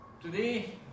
today